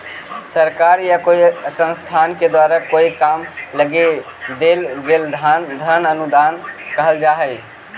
सरकार या कोई संस्थान के द्वारा कोई काम लगी देल गेल धन अनुदान कहल जा हई